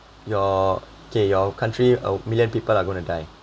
your okay your country a million people are gonna die